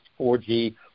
4G